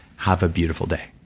have a beautiful day.